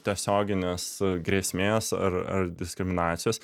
tiesioginės grėsmės ar ar diskriminacijos